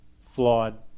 flawed